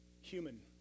human